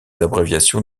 abréviations